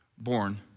born